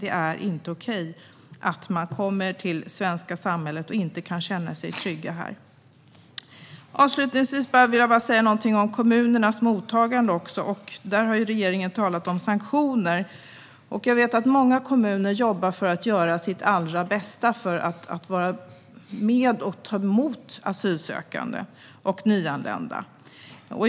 Det är inte okej att komma till det svenska samhället men inte känna sig trygg här. Avslutningsvis vill jag säga någonting om kommunernas mottagande. Där har regeringen talat om sanktioner. Jag vet att många kommuner jobbar för att göra sitt allra bästa för att vara med och ta emot asylsökande och nyanlända.